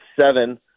seven